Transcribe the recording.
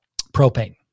Propane